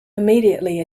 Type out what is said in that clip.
immediately